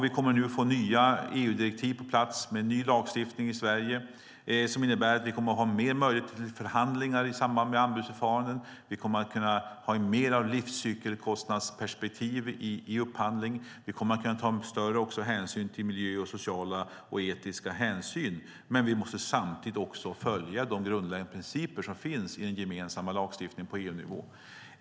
Vi kommer nu att få nya EU-direktiv på plats - med ny lagstiftning i Sverige. Det innebär att vi kommer att ha större möjligheter till förhandlingar i samband med anbudsförfaranden, vi kommer att kunna ha ett större livscykelkostnadsperspektiv i upphandlingarna, vi kommer att kunna ta större hänsyn till miljön och ta större sociala och etiska hänsyn. Samtidigt måste vi följa de grundläggande principerna i den gemensamma lagstiftningen på EU-nivå.